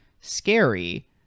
scary